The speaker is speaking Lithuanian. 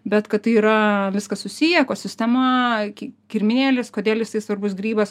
bet kad tai yra viskas susiję ekosistema kirminėlis kodėl jisai svarbus grybas